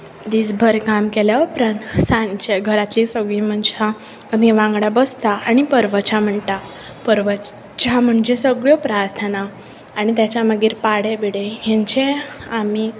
दीस भर काम केल्या उपरांत सांचे घरांतली सगळीं मनशां आमी वांगडा बसतां आनी परवचा म्हणटा प्रवचा म्हणजे सगळ्यो प्रार्थना आनी तेच्या मागीर पाडे बिडें हेंचें आमी